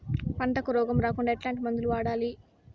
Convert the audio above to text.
పంటకు రోగం రాకుండా ఎట్లాంటి మందులు వాడాలి?